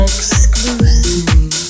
Exclusive